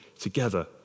together